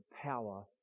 power